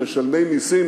משלמי מסים,